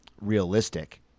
realistic